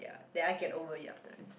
did I get over it after it